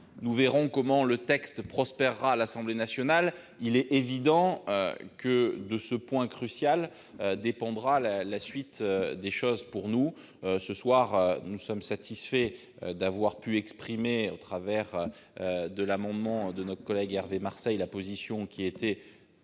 nous verrons comment le texte prospérera à l'Assemblée nationale. Il est évident que de ce point crucial dépendra la suite des choses. Nous sommes satisfaits d'avoir pu exprimer, au travers de l'amendement d'Hervé Marseille, la position qui a